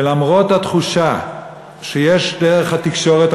שלמרות התחושה שיש דרך התקשורת,